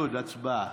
י' הצבעה.